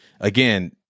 Again